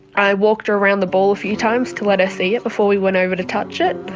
i walked around the ball a few times to let her see it before we went over to touch it.